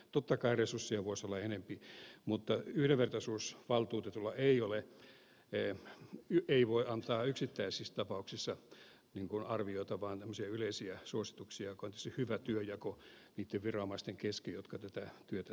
totta kai resursseja voisi olla enempi mutta yhdenvertaisuusvaltuutettu ei voi antaa yksittäisissä tapauksissa arviota vaan tämmöisiä yleisiä suosituksia mikä on tietysti hyvä työnjako niitten viranomaisten kesken jotka tätä työtä tekevät